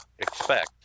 expect